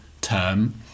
term